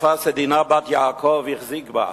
שתפס את דינה בת יעקב והחזיק בה.